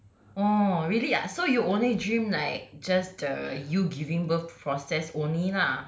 oh really ah so you only dream like just the you giving birth process only lah